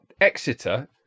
Exeter